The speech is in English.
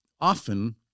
Often